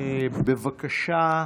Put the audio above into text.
בבקשה,